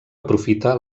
aprofita